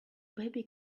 baby